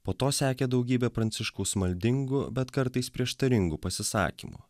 po to sekė daugybė pranciškaus maldingu bet kartais prieštaringų pasisakymų